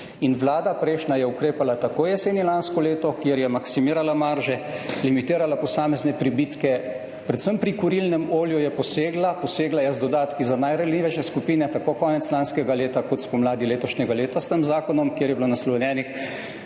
vlada je ukrepala tako jeseni lansko leto, kjer je maksimirala marže, limitirala posamezne pribitke, predvsem pri kurilnem olju je posegla, posegla je z dodatki za najranljivejše skupine, tako konec lanskega leta kot spomladi letošnjega leta s tem zakonom, kjer je bilo naslovljenih